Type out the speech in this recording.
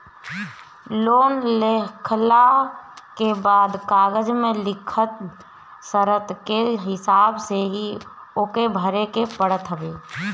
loan लेहला के बाद कागज में लिखल शर्त के हिसाब से ही ओके भरे के पड़त हवे